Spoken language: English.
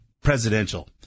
presidential